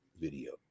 video